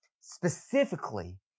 specifically